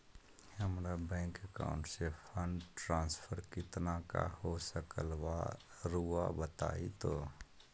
हमरा bank account से fund transfer कितना का हो सकल बा रुआ बताई तो?